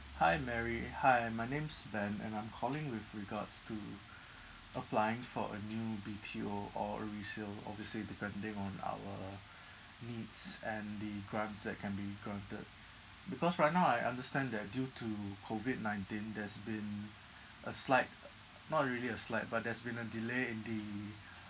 hi mary hi my name's ben and I'm calling with regards to applying for a new B_T_O or a resale obviously depending on our needs and the grants that can be granted because right now I understand that due to COVID nineteen there's been a slight not really a slight but there's been a delay in the